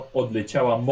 odleciała